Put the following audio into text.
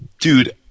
Dude